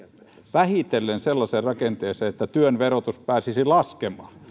vähitellen sellaiseen rakenteeseen että työn verotus pääsisi laskemaan